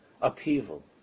upheaval